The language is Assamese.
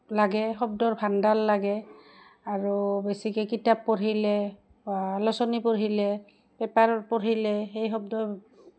লাগে শব্দৰ ভাণ্ডাৰ লাগে আৰু বেছিকৈ কিতাপ পঢ়িলে আলোচনী পঢ়িলে পেপাৰ পঢ়িলে সেই শব্দ